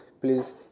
please